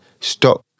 stop